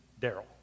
Daryl